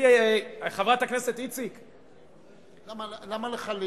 חברת הכנסת איציק, למה לך?